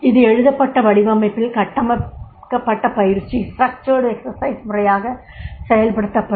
இது எழுதப்பட்ட வடிவமைப்பில் கட்டமைக்கப்பட்ட பயிற்சி முறையாக செயல்படுத்தப்படும்